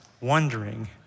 wondering